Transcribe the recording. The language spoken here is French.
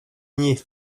nier